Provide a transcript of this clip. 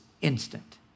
instant